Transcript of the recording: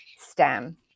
STEM